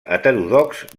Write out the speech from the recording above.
heterodox